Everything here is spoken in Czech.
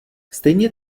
stejně